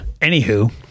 Anywho-